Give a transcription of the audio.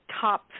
top